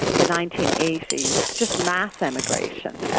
the nineteen eighty just mass emigration.